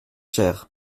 cher